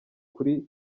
kuri